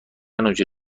اونحوری